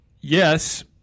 yes